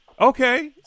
Okay